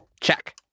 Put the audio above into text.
Check